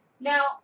Now